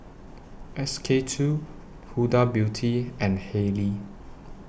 S K two Huda Beauty and Haylee